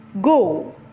Go